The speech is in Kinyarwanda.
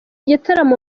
gitaramo